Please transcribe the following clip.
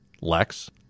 Lex